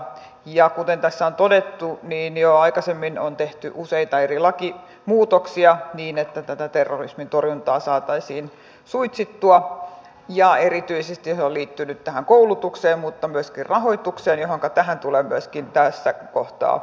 ja kuten tässä on todettu niin jo aikaisemmin on tehty useita eri lakimuutoksia niin että tätä terrorismin torjuntaa saataisiin suitsittua ja erityisesti se on liittynyt tähän koulutukseen mutta myöskin rahoitukseen johonka tulee myöskin tässä kohtaa lisää säädöksiä